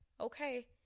Okay